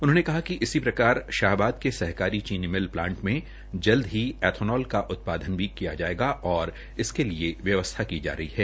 उन्होंने कहा कि इसी प्रकार शाहबाद के सहकारी चीनी मिल प्लांट में जल्द ही एथोनॉल का उत्पादन भी किया जाएगा और इसके लिए व्यवस्था की जा रही है